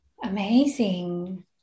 Amazing